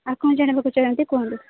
ଆଉ କ'ଣ ଜାଣିବାକୁ ଚାହାନ୍ତି କୁହନ୍ତୁ